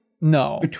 No